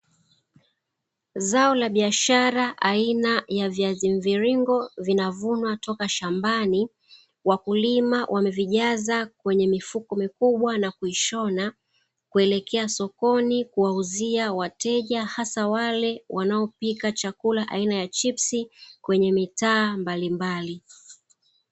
Zao la biashara aina ya viazi mviringo vinavuma toka shambani wakulima wamevijaza kwenye mifuko mikubwa na kuvishona kuelekea sokoni kuwauzia wateja hasa wale wanaopika chakula aina ya chipsi kwenye mitaa mbalimbali.